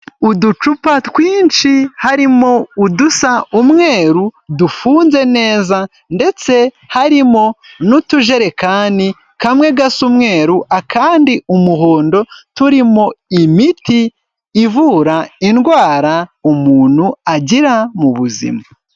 Uducupa twinshi, harimo udusa umweru, dufunze neza, ndetse harimo n'utujerekani kamwe gasa umweru, akandi umuhondo, turimo imiti, ivura indwara umuntu agira mu buzima.